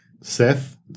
Seth